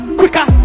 quicker